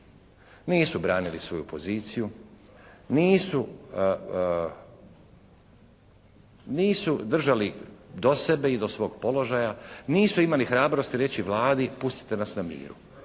Nisu branili svoju poziciju, nisu držali do sebe i do svog položaja, nisu imali hrabrosti reći Vladi pustite nas na miru.